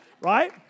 Right